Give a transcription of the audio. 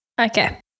Okay